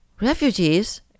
Refugees